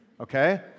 Okay